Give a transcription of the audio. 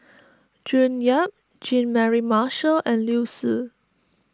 June Yap Jean Mary Marshall and Liu Si